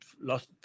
lost